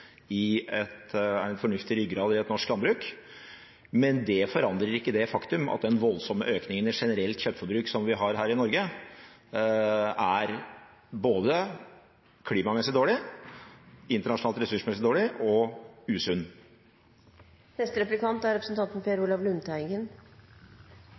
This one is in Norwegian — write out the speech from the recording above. ryggrad i et norsk landbruk, men det forandrer ikke det faktum at den voldsomme økningen i generelt kjøttforbruk som vi har her i Norge, er både klimamessig dårlig, internasjonalt ressursmessig dårlig og usunn. Alle husdyr kan spise kraftfôr. Et annet ord for kraftfôr er